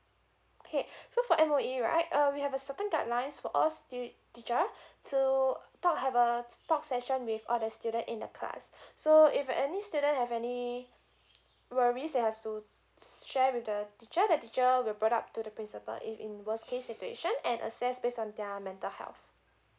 okay so for M_O_E right uh we have a certain guidelines for all stu~ teacher so talk have a talk session with all the student in the class so if any student have any worries they have to share with the teacher the teacher will put up to the principal if in worst case situation and assess based on their mental health